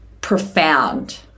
profound